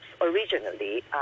originally